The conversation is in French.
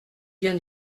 bien